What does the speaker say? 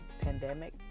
pandemic